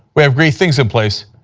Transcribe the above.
we have great things in place.